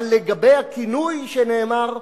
אבל לגבי הכינוי שנאמר,